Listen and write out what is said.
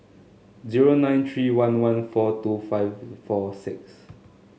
zero nine three one one four two five four six